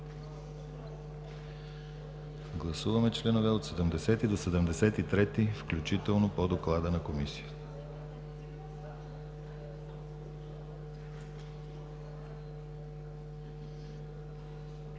гласуване членове от 1 до 4 включително, по доклада на Комисията.